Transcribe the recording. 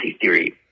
theory